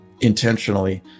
intentionally